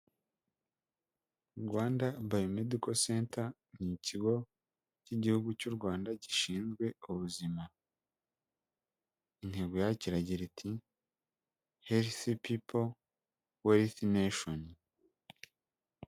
Rwanda Bayomediko Senta ni ikigo cy'igihugu cy'u Rwanda gishinzwe ubuzima. Intego yacyo iragira iti: "Herifi pipo, Werifi Neshoni."